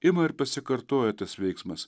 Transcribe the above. ima ir pasikartoja tas veiksmas